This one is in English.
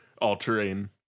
all-terrain